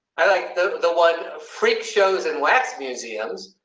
i like the the one freak shows in wax museums,